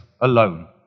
alone